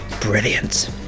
brilliant